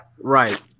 Right